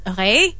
Okay